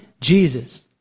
Jesus